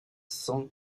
cent